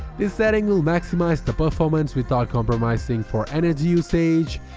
this setting will maximize the performance without compromising for energy usage.